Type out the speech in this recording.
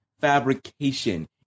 fabrication